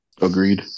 Agreed